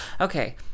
Okay